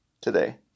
today